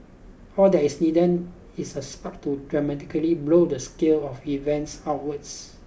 all that is needed is a spark to dramatically blow the scale of events outwards